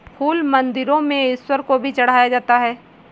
फूल मंदिरों में ईश्वर को भी चढ़ाया जाता है